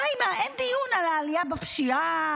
אין דיון על העלייה בפשיעה,